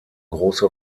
große